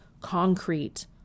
concrete